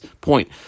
point